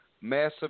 massive